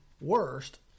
worst